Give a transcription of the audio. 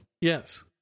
Yes